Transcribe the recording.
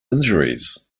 injuries